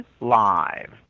live